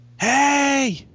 Hey